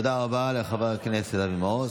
תודה רבה לחבר הכנסת אבי מעוז.